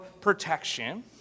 protection